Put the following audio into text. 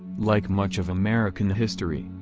like much of american history,